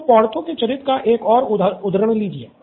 तो पोर्थो के चरित्र का एक और उद्धरण लीजिये